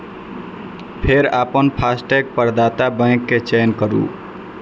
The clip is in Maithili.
फेर अपन फास्टैग प्रदाता बैंक के चयन करू